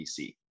BC